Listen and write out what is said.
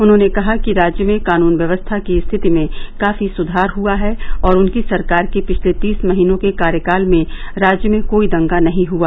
उन्होंने कहा कि राज्य में कानून व्यवस्था की स्थिति में काफी सुधार हुआ है और उनकी सरकार के पिछले तीस महीनों में राज्य में कोई दंगा नहीं हुआ